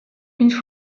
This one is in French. une